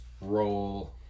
roll